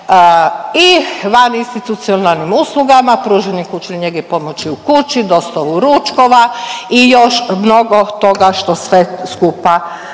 i van institucionalnim uslugama pružanje kućne njege i pomoći u kući, dostavu ručkova i još mnogo toga što sve skupa